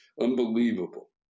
Unbelievable